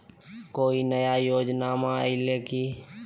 कोइ नया योजनामा आइले की?